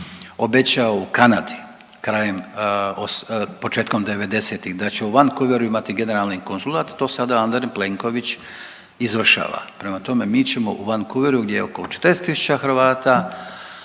obećao u Kanadi krajem, početkom devedesetih da će u Vancouveru imati generalni konzulat to sada Andrej Plenković izvršava. Prema tome, mi ćemo u Vancouveru je oko 40000 Hrvata